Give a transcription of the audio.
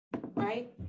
right